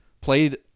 played